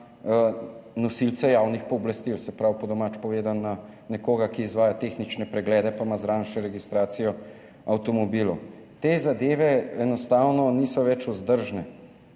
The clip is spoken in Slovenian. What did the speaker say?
nosilce javnih pooblastil, se pravi, po domače povedano, na nekoga, ki izvaja tehnične preglede pa ima zraven še registracijo avtomobilov. Te zadeve enostavno niso več vzdržne.